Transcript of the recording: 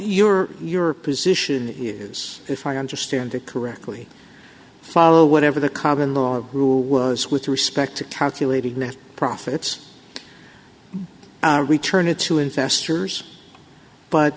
your your position is if i understand it correctly follow whatever the common law or rule was with respect to calculated net profits and return it to investors but